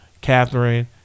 Catherine